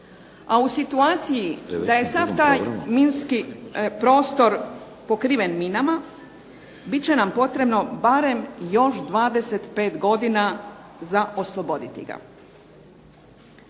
a u situaciji da je sav taj minski prostor pokriven minama, bit će nam potrebno još barem 25 godina za osloboditi ga.